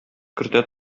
кертә